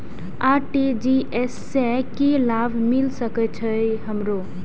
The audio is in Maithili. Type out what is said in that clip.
आर.टी.जी.एस से की लाभ मिल सके छे हमरो?